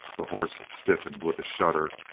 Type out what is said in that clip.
the horse stiffened with a shudder,